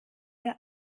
der